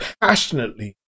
passionately